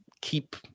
keep